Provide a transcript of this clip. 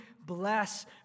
bless